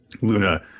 Luna